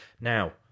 Now